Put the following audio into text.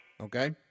Okay